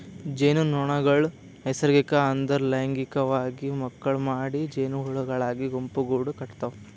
ಜೇನುನೊಣಗೊಳ್ ನೈಸರ್ಗಿಕ ಅಂದುರ್ ಲೈಂಗಿಕವಾಗಿ ಮಕ್ಕುಳ್ ಮಾಡಿ ಜೇನುಹುಳಗೊಳಾಗಿ ಗುಂಪುಗೂಡ್ ಕಟತಾವ್